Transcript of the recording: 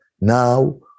now